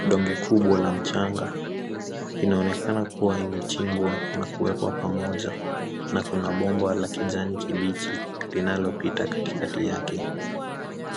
Donge kubwa la mchanga inaonekana kuwa imechimbwa na kuwekwa pamoja. Na kuna bomba la kijani kibichi linalopita katikati yake.